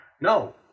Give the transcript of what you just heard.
No